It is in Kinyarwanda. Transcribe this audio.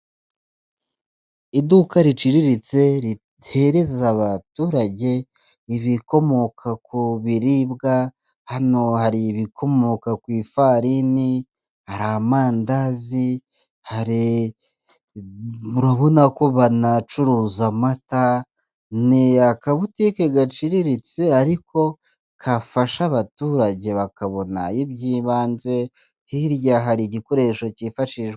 Iduka riciriritse ritereza abaturage ibikomoka ku biribwa, hano hari ibikomoka ku ifarini, hari amandazi urubona ko banacuruza amata ni akabutike gaciriritse ariko gafasha abaturage bakabona, iby'ibanze hirya hari igikoresho cyifashishwa.